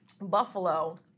buffalo